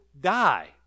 die